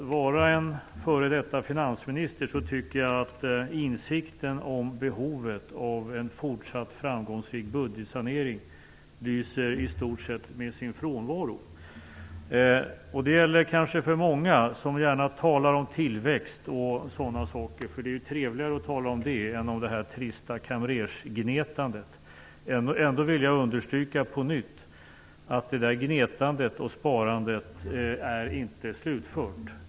Anne Wibble är f.d. finansminister, men ändå tycker jag att insikten om behovet av en fortsatt framgångsrik budgetsanering i stort sätt lyser med sin frånvaro. Det gäller kanske för många som gärna talar om tillväxt och sådant. Det är ju trevligare att tala om det än om det trista kamrersgnetandet. Ändå vill jag på nytt understryka att gnetandet och sparandet inte är slutfört.